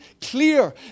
clear